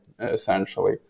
essentially